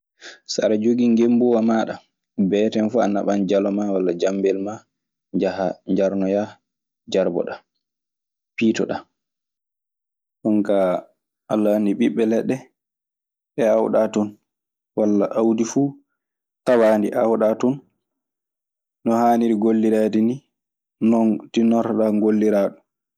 So aɗa joggii ngembuuwa maaɗa, beeten fuu a naɓɓan jalo wala jammbel maa njahaa njarnoya, jarboɗaa, piitoɗaa. Ɗun kaa Alla anndi ɓiɓɓe leɓɓe ɗe aawɗaa ton walla aawdi fuu tawaandi aawɗaa ton no haaniri gollireede nii. Non tinnortoɗaa ngolliraa ɗun.